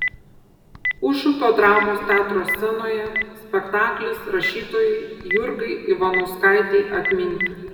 užupio dramos teatro scenoje spektaklis rašytojai jurgai ivanauskaitei atminti